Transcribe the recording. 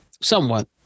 somewhat